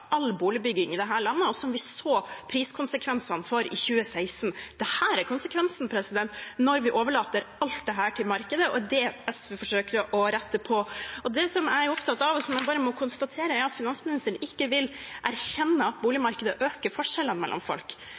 overlater alt dette til markedet, og det er det SV forsøker å rette på. Det jeg er opptatt av, og som jeg bare må konstatere, er at finansministeren ikke vil erkjenne at boligmarkedet øker forskjellene mellom folk.